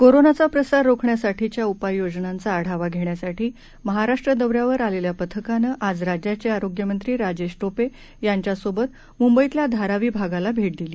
कोरोनाचा प्रसार रोखण्यासाठीच्या उपाययोजनांचा आढावा घेण्यासाठी महाराष्ट्र दौऱ्यावर आलेल्या पथकानं आज राज्याचे आरोग्यमंत्री राजेश टोपे यांच्या सोबत मुंबईतल्या धारावी भागाला भेट दिली